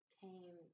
came